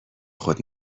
خود